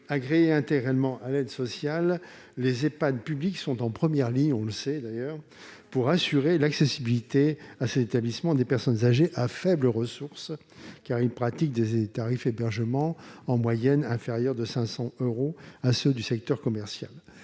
Agréés intégralement à l'aide sociale, les Ehpad publics sont en première ligne, on le sait, pour assurer l'accessibilité à ces établissements des personnes âgées à faibles ressources, car ils pratiquent des tarifs d'hébergement inférieurs en moyenne de 500 euros par mois à ceux du secteur commercial.